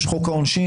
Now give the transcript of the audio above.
יש חוק העונשין,